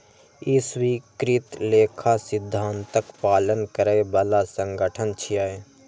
ई स्वीकृत लेखा सिद्धांतक पालन करै बला संगठन छियै